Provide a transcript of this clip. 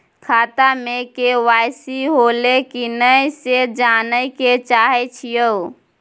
खाता में के.वाई.सी होलै की नय से जानय के चाहेछि यो?